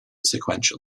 sequential